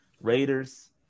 Raiders